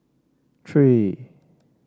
three